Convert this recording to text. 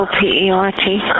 P-E-R-T